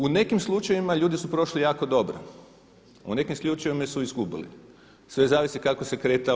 U nekim slučajevima ljudi su prošli jako dobro, a u nekim slučajevima su izgubili sve zavisi kako se kretao